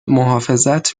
محافظت